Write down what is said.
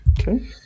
Okay